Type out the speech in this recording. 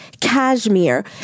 cashmere